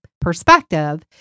perspective